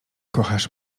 kochasz